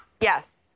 Yes